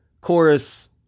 chorus